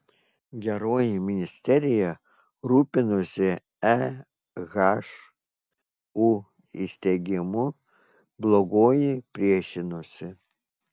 geroji ministerija rūpinosi ehu įsteigimu blogoji priešinosi